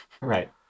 Right